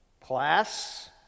Class